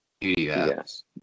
Yes